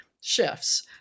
shifts